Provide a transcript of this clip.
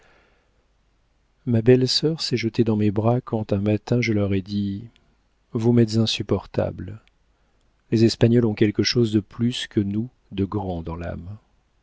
ma belle-sœur s'est jetée dans mes bras quand un matin je leur ai dit vous m'êtes insupportables les espagnols ont quelque chose de plus que nous de grand dans l'âme